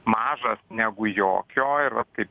mažas negu jokio ir vat kaip